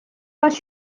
bat